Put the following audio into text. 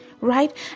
right